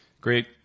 great